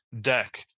deck